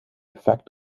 effect